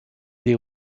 des